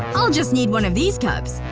i'll just need one of these cups.